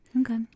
Okay